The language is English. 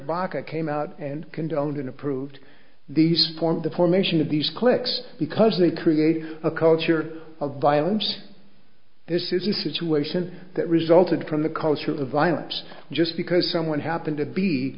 baka came out and condoned and approved these form the formation of these cliques because they create a culture of violence this is a situation that resulted from the culture of violence just because someone happened to be